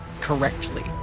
correctly